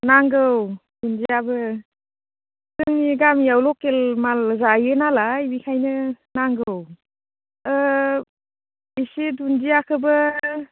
नांगौ दुन्दियाबो जोंनि गामियाव लकेल माल जायो नालाय बिखायनो नांगौ एसे दुन्दियाखोबो